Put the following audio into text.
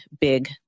big